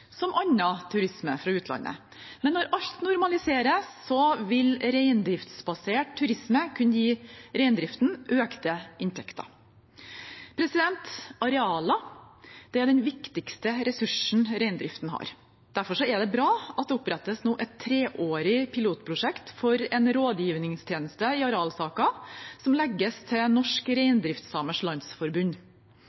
som annen turisme fra utlandet. Men når alt normaliseres, vil reindriftsbasert turisme kunne gi reindriften økte inntekter. Arealer er den viktigste ressursen reindriften har. Derfor er det bra at det nå opprettes et treårig pilotprosjekt for en rådgivningstjeneste i arealsaker, som legges til